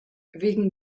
wegen